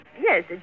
Yes